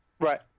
Right